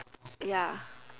ya